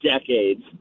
decades